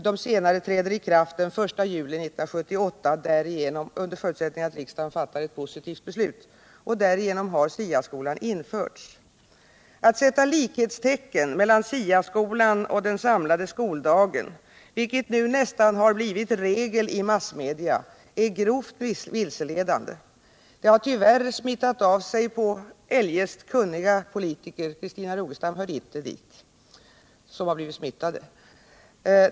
De senare träder i kraft den 1 juli 1978 under förutsättning att riksdagen fattar ett positivt beslut. Därigenom har SIA-skolan införts. Att sätta likhetstecken mellan SIA-skolan och den samlade skoldagen, vilket nu nästan har blivit regel i massmedia, är grovt vilseledande. Denna feltolkning har tyvärr smittat av sig på eljest kunniga politiker. Christina Rogestam hör inte till dem som har blivit smittade.